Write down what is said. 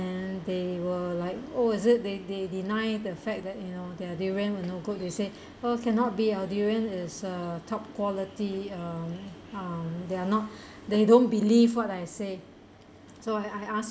they were like oh is it they they deny the fact that you know their durian were no good they say cannot be our durian is uh top quality um there are not they don't believe what I say so I I ask